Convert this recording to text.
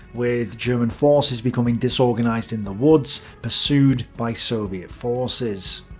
with german forces becoming disorganized in the woods, pursued by soviet forces.